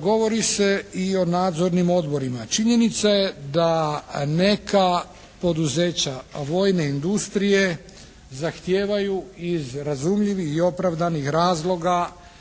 Govori se i o nadzornim odborima. Činjenica je da neka poduzeća vojne industrije zahtijevaju iz razumljivih i opravdanih razloga